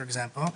לדוגמה,